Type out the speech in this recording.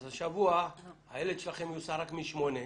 אז השבוע הילד שלכם יוסע רק משמונה.